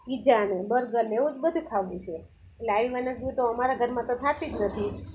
pizza ને burger ને એવું જ બધું ખાવું ઠે એટલે આવી વાનગીઓ તો અમારા ઘરમાં તો થતી જ નથી